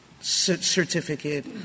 certificate